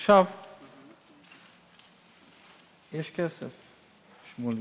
עכשיו, יש כסף, שמולי.